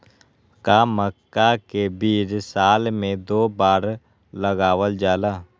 का मक्का के बीज साल में दो बार लगावल जला?